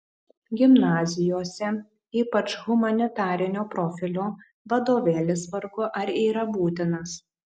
gimnazijose ypač humanitarinio profilio vadovėlis vargu ar yra būtinas